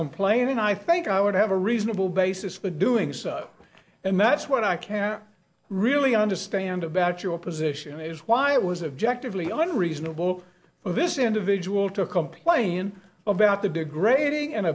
complain and i think i would have a reasonable basis for doing so and that's what i can really understand about your position is why it was objective leon reasonable for this individual to complain about the degrading and